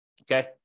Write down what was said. Okay